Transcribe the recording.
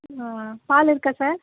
ஆ பால் இருக்கா சார்